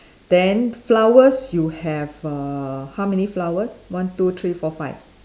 then flowers you have err how many flower one two three four five